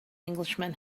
englishman